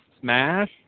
Smash